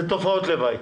זה תופעות לוואי.